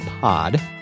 pod